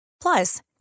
Plus